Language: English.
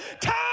Time